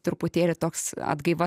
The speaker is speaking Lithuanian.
truputėlį toks atgaiva